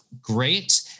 great